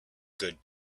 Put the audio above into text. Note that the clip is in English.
good